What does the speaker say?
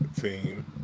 Team